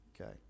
okay